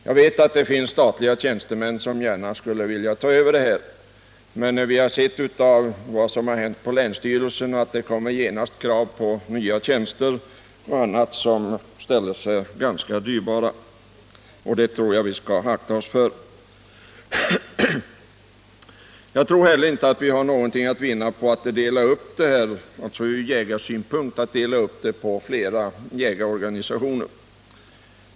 Jag vet att det finns statliga tjänstemän som gärna skulle vilja ta över, men vi har sett av vad som hänt på länsstyrelserna att det genast kommer krav på nya tjänster och annat som ställer sig ganska dyrbart, och jag tror vi skall akta oss för det. Jag tror inte heller att vi har någonting att vinna ur jägarsynpunkt genom en uppdelning på flera jägarorganisationer.